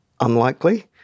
unlikely